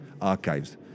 archives